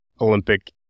Olympic